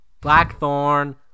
Blackthorn